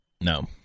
no